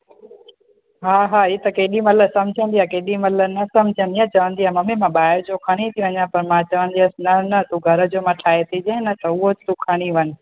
हा हा इहा त केॾी महिल सम्झंदी आहे केॾीमल न सम्झंदी आहे चवंदीआ मम्मी मां ॿाहिर जो खणी थी वञा पर मां चवंदी आयांसि न न तूं घर जो मां ठाहे ती ॾिया न त उहा तूं खणी वञु